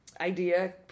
idea